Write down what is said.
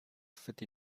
fit